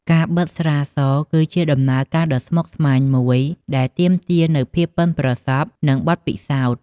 ការបិតស្រាស គឺជាដំណើរការដ៏ស្មុគស្មាញមួយ ដែលទាមទារនូវភាពប៉ិនប្រសប់ និងបទពិសោធន៍។